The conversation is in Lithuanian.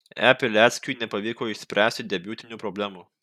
e pileckiui nepavyko išspręsti debiutinių problemų